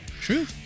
True